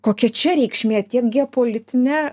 kokia čia reikšmė tiek geopolitine